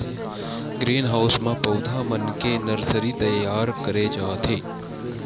green house म पउधा मन के नरसरी तइयार करे जाथे